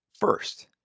first